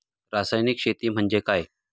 रासायनिक शेती म्हणजे काय?